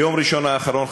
ביום ראשון האחרון,